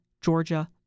Georgia